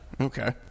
Okay